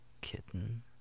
kitten